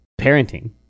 parenting